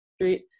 Street